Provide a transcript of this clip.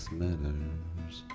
matters